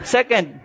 Second